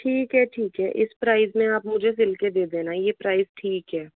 ठीक है ठीक है इस प्राइस में आप मुझे सिल्के दे देना ये प्राइस ठीक है